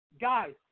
Guys